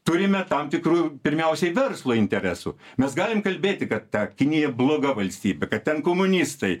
turime tam tikrų pirmiausiai verslo interesų mes galim kalbėti kad ta kinija bloga valstybė kad ten komunistai